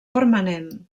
permanent